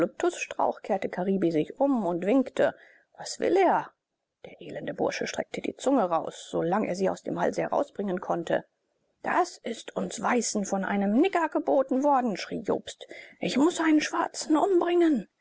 kehrte karibi sich um und winkte was will er der elende bursche streckte die zunge aus so lang er sie aus dem halse herausbringen konnte das ist uns weißen von einem nigger geboten worden schrie jobst ich muß einen schwarzen umbringen